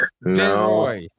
No